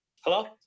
Hello